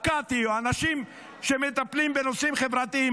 או קטי או אנשים שמטפלים בנושאים חברתיים,